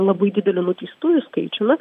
labai dideliu nuteistųjų skaičiumi